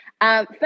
First